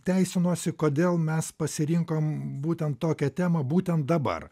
teisinuosi kodėl mes pasirinkom būtent tokią temą būtent dabar